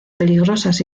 peligrosas